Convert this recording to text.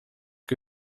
que